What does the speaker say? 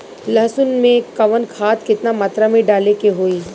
लहसुन में कवन खाद केतना मात्रा में डाले के होई?